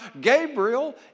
Gabriel